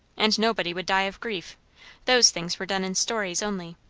and nobody would die of grief those things were done in stories only.